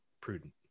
prudent